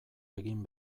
egin